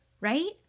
right